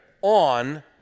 on